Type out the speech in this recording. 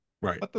Right